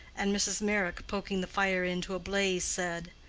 and mrs. meyrick, poking the fire into a blaze, said,